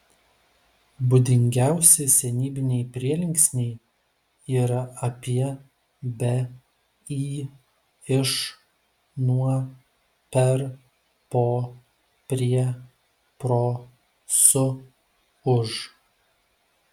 būdingiausi senybiniai prielinksniai yra apie be į iš nuo per po prie pro su už